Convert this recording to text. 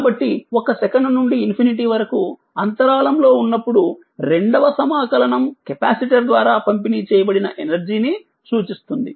కాబట్టి 1 సెకను నుండి ∞ వరకు అంతరాళం లో ఉన్నప్పుడు రెండవ సమాకలనంఇంటిగ్రల్ కెపాసిటర్ ద్వారా పంపిణీ చేయబడిన ఎనర్జీని సూచిస్తుంది